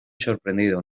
sorprendido